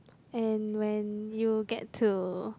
and when you get to